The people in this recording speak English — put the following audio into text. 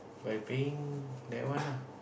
by paying that one ah